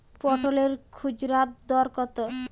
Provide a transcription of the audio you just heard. পটলের খুচরা দর কত?